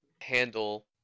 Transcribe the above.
handle